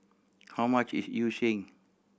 how much is Yu Sheng